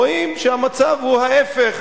רואים שהמצב הוא ההיפך,